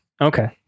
Okay